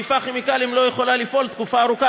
חיפה כימיקלים לא יכולה לפעול תקופה ארוכה